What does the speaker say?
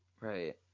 right